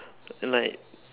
like